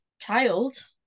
child